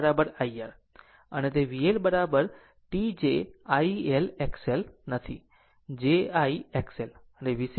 અને VL t j I L XLનથી j I XL